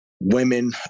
women